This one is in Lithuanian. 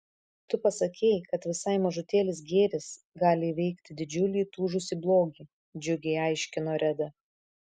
tu pasakei kad visai mažutėlis gėris gali įveikti didžiulį įtūžusį blogį džiugiai aiškino reda